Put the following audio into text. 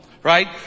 Right